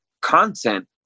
content